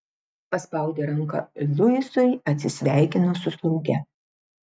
paspaudė ranką luisui atsisveikino su slauge